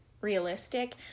realistic